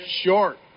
short